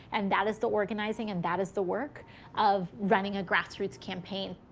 and that is the organizing and that is the work of running a grassroots campaign.